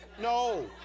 no